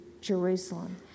Jerusalem